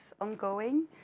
ongoing